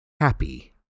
happy